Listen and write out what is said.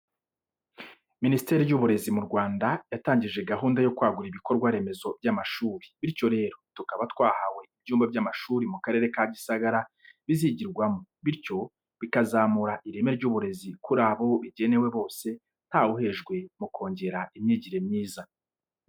Minisiteri y'uburezi mu Rwanda yatangije gahunda yo kwagura ibikorwa remezo by'amashuri, bityo rero tukaba twahawe ibyumba by'amashuri mu Karere ka Gisagara bizigirwamo, bityo bikazamura ireme ryuburezi kuri abo bigenewe bose, ntawuhejwe mu kongera imyigire myiza.